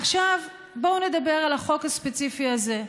עכשיו, בואו נדבר על החוק הספציפי הזה.